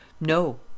no